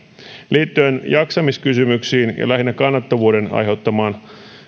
liittyen jaksamiskysymyksiin ja lähinnä kannattavuuden aiheuttamiin